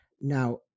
now